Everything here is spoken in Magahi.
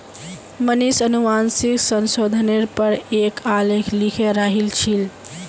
मनीष अनुवांशिक संशोधनेर पर एक आलेख लिखे रहिल छील